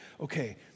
okay